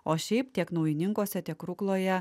o šiaip tiek naujininkuose tiek rukloje